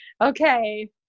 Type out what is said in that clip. okay